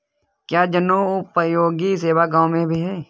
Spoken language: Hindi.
क्या जनोपयोगी सेवा गाँव में भी है?